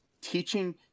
Teaching